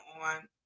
on